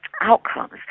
outcomes